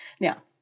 Now